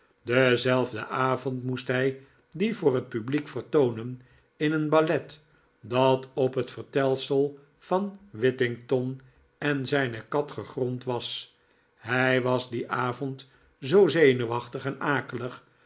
denzelfden avond moest hij die voor het publiek vertoonen in een ballet dat op het vertelsel van whittington en zijne kat gegrond was hij was dien avond zoo zenuwachtig en akelig